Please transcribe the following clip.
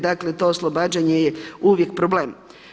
Dakle to oslobađanje je uvijek problem.